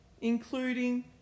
including